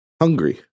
Hungry